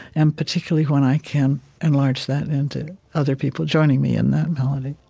and particularly when i can enlarge that into other people joining me in that melody,